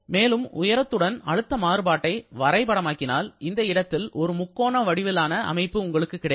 மேலும் உயரத்துடன் அழுத்த மாறுபாட்டை வரைபடமாக்கினால் இந்த இடத்தில் ஒரு முக்கோண வடிவிலான அமைப்பு உங்களுக்கு கிடைக்கும்